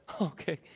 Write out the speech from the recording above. okay